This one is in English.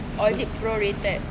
or is it prorated